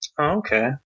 Okay